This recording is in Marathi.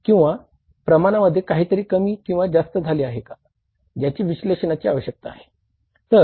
किंवा प्रमाणामध्ये काहीतरी कमी किंवा जास्त झाले आहे का ज्याच्या विशॆषणाची आवश्यकता आहे